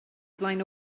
flaen